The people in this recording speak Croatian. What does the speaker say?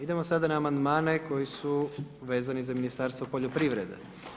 Idemo sada na amandmane koji su vezani za Ministarstvo poljoprivrede.